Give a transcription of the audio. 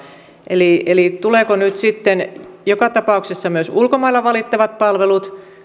eli eli tulevatko nyt sitten joka tapauksessa myös ulkomailla valittavat palvelut